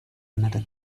another